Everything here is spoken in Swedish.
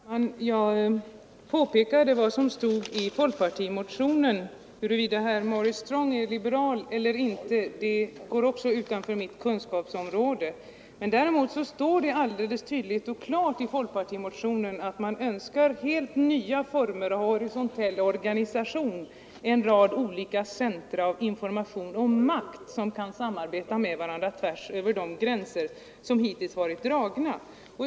Herr talman! Jag pekade på vad som stod i folkpartimotionen 235. Huruvida herr Maurice Strong är liberal eller inte går utanför också mitt kunskapsområde. Däremot står det tydligt och klart i folkpartimotionen att man önskar ”helt nya former av horisontell organisation — en rad olika centra av information och makt, som kan samarbeta med varandra tvärs över de gränser som hittills varit dragna”.